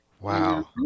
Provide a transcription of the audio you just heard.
Wow